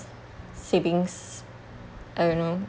savings I don't know